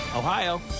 Ohio